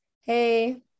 Hey